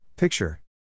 Picture